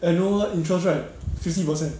eh no ah interest right fifty percent